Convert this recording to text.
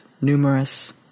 numerous